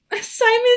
Simon